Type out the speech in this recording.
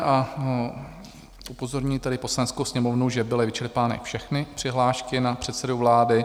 A upozorňuji tady Poslaneckou sněmovnu, že byly vyčerpány všechny přihlášky na předsedu vlády.